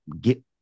get